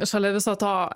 šalia viso to